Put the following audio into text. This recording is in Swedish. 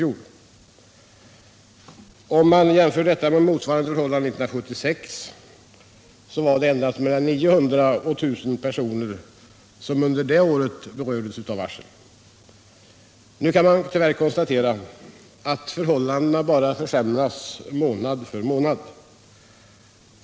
Om man jämför detta med motsvarande förhållanden 1976 finner man att det endast var mellan 900 och 19000 personer som under det året berördes av varsel. Nu kan man tyvärr konstatera att förhållandena bara försämras månad för månad.